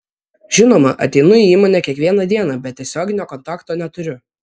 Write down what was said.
žinoma ateinu į įmonę kiekvieną dieną bet tiesioginio kontakto neturiu